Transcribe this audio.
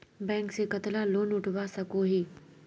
Bank से कतला loan उठवा सकोही?